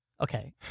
Okay